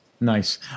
Nice